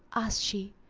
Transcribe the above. asked she,